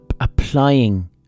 applying